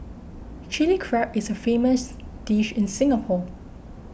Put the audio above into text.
Chilli Crab is a famous dish in Singapore